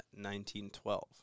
1912